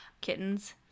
kittens